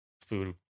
food